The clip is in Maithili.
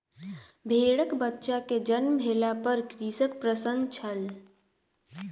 भेड़कबच्चा के जन्म भेला पर कृषक प्रसन्न छल